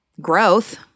growth